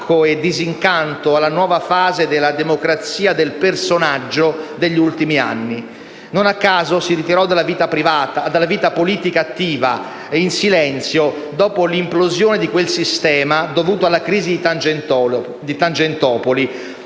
Non a caso, si ritirò dalla vita politica attiva, in silenzio, dopo l'implosione di quel sistema dovuto alla crisi di Tangentopoli